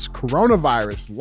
coronavirus